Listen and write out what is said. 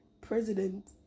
president